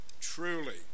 truly